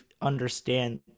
understand